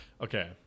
Okay